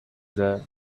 there